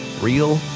Real